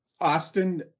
Austin